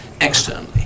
externally